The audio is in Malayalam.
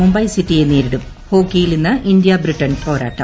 മുംബൈ സിറ്റിയെ നേരിടും ഹോക്കിയിൽ ഇന്ന് ഇന്ത്യ ബ്രിട്ടൺ പോരാട്ടം